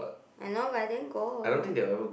I know but I didn't go